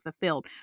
fulfilled